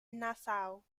nassau